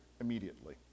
immediately